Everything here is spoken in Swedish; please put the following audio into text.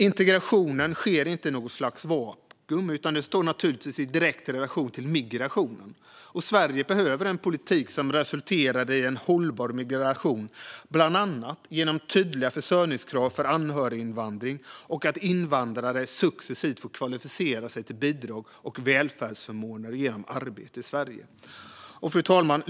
Integrationen sker inte i något slags vakuum utan står naturligtvis i direkt relation till migrationen. Sverige behöver en politik som resulterar i en hållbar migration, bland annat genom tydliga försörjningskrav för anhöriginvandring och att invandrare successivt får kvalificera sig till bidrag och välfärdsförmåner genom arbete i Sverige. Fru talman!